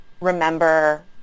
remember